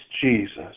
Jesus